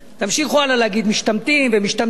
תמשיכו הלאה להגיד: משתמטים, משתמטים.